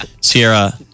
Sierra